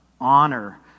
honor